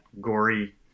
gory